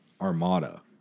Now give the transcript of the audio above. Armada